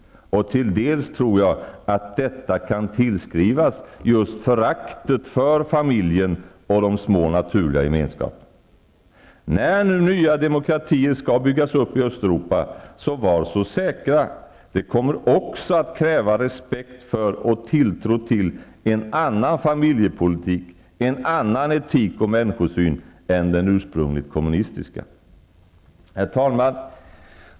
Till en del kan detta tillskrivas just föraktet för familjen och för de små naturliga gemenskaperna. När nu nya demokratier skall byggas upp i Östeuropa, så var så säkra på att detta också kommer att kräva respekt för och tilltro till en annan familjepolitik, en annan etik och människosyn än den ursprungligt kommunistiska. Herr talman!